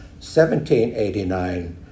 1789